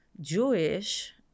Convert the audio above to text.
Jewish